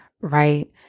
right